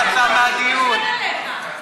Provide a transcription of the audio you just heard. הינה, מה יצא מהדיון?